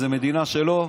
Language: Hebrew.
זו מדינה שלו.